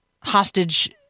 hostage